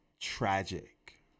tragic